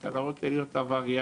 ואתה לא רוצה להיות עבריין,